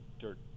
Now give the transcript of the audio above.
dirt